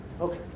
Okay